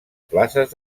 places